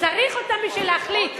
צריך אותם בשביל להחליט.